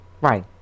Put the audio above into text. Right